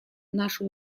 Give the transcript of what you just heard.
наши